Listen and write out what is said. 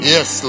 Yes